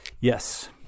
Yes